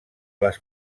les